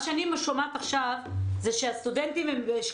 אני שוב אומרת, כל העסק הזה עבד בתנועה.